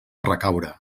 recaure